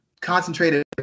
concentrated